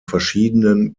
verschiedenen